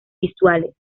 visuales